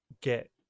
get